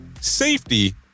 safety